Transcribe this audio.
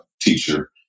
teacher